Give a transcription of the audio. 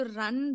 run